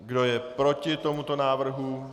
Kdo je proti tomuto návrhu?